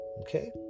okay